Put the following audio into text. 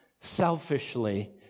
selfishly